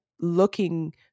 looking